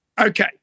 Okay